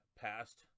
passed